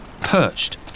perched